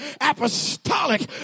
apostolic